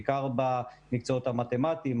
בעיקר במקצועות המתמטיים,